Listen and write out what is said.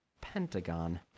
pentagon